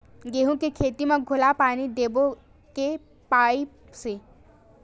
गेहूं के खेती म घोला पानी देबो के पाइप से?